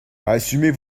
assumez